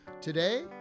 Today